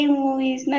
movies